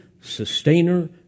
sustainer